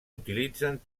utilitzen